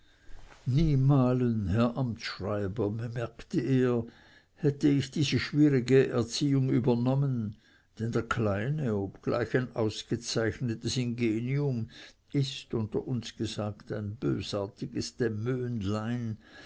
bedienen niemalen herr amtsschreiber bemerkte er hätte ich diese schwierige erziehung übernommen denn der kleine obgleich ein ausgezeichnetes ingenium ist unter uns gesagt ein bösartiges